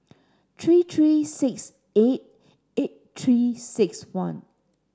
three three six eight eight three six one